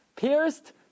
pierced